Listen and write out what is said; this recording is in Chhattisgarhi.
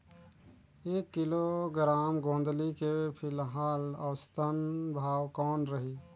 एक किलोग्राम गोंदली के फिलहाल औसतन भाव कौन रही?